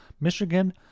Michigan